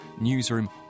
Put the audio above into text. Newsroom